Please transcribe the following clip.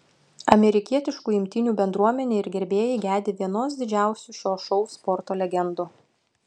amerikietiškų imtynių bendruomenė ir gerbėjai gedi vienos didžiausių šio šou sporto legendų